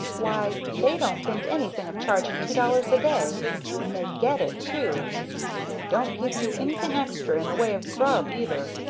why, they don't think anything of charging two dollars a day and they get it, too don't give you anything extra in the way of grub, either.